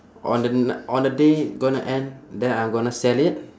on the n~ on the day gonna end then I'm gonna sell it